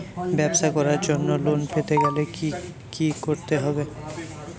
ব্যবসা করার জন্য লোন পেতে গেলে কি কি করতে হবে?